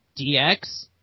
DX